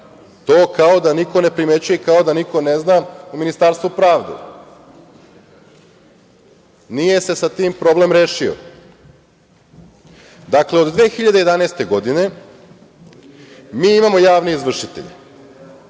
To kao da niko ne primećuje, kao da niko ne zna u Ministarstvu pravde. Nije se sa tim problem rešio. Dakle, od 2011. godine mi imamo javne izvršitelje.